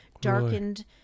darkened